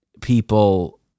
people